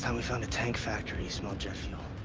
and we found a tank factory, you smelled jet fuel.